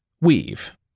Weave